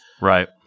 Right